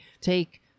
take